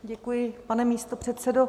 Děkuji, pane místopředsedo.